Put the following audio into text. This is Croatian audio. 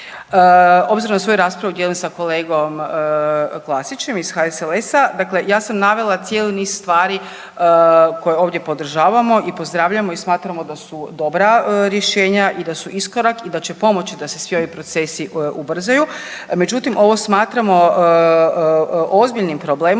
Obzirom da svoju raspravu dijelim sa kolegom Klasićem iz HSLS-a, dakle ja sam navela cijeli niz stvari koje ovdje podržavamo i pozdravljamo i smatramo da su dobra rješenja i da su iskorak i da će pomoći da se svi ovi procesi ubrzaju, međutim, ovo smatramo ozbiljnim problemom